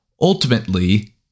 ultimately